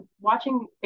watching